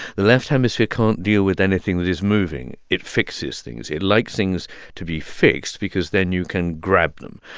the left hemisphere can't deal with anything that is moving. it fixes things. it likes things to be fixed because then you can grab them.